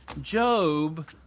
Job